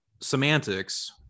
semantics